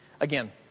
Again